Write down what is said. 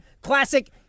Classic